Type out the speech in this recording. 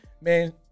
man